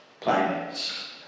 planets